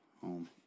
home